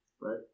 right